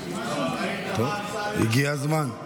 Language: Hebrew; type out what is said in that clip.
אנחנו כולנו, הגיע הזמן.